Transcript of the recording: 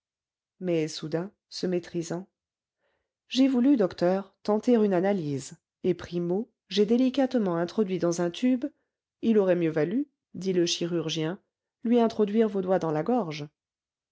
mais soudain se maîtrisant j'ai voulu docteur tenter une analyse et primo j'ai délicatement introduit dans un tube il aurait mieux valu dit le chirurgien lui introduire vos doigts dans la gorge